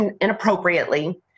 inappropriately